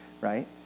right